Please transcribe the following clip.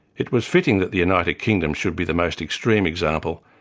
it was fitting that the united kingdom should be the most extreme example,